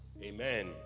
amen